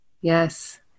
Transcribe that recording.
Yes